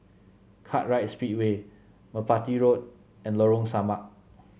Kartright Speedway Merpati Road and Lorong Samak